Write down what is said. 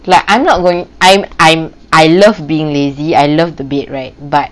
like I'm not going I'm I'm I love being lazy I love the bed right but